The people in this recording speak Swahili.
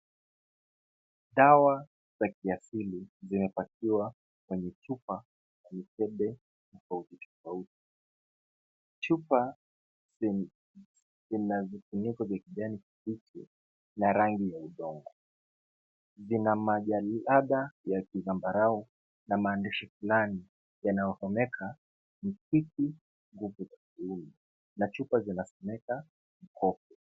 Dawa za kiasili zimepakiwa kwenye chupa na mikebe tofauti tofauti. Chupa zina vifuniko vya kijani kibichi na rangi ya udongo. Zina majalada ya kizambarau na maandishi fulani yanayosomeka mtiki nguvu za kiume na chupa zinasomeka mkoko.